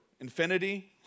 infinity